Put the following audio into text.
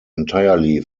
entirely